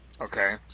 Okay